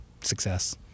success